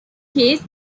case